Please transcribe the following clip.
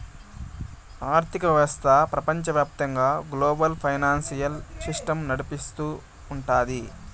ఆర్థిక వ్యవస్థ ప్రపంచవ్యాప్తంగా గ్లోబల్ ఫైనాన్సియల్ సిస్టమ్ నడిపిస్తూ ఉంటది